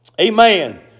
Amen